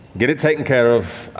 get it taken care of.